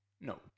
no